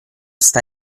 sta